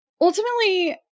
Ultimately